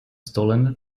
stolen